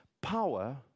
power